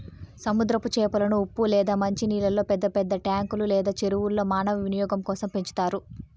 సముద్రపు చేపలను ఉప్పు లేదా మంచి నీళ్ళల్లో పెద్ద పెద్ద ట్యాంకులు లేదా చెరువుల్లో మానవ వినియోగం కోసం పెంచుతారు